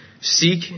seek